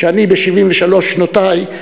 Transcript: שאני ב-73 שנותַי,